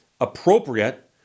appropriate